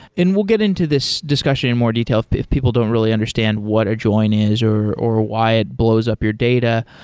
we'll get into this discussion in more detail if but if people don't really understand what a join is or or why it blows up your data.